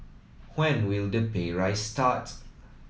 when will the pay raise start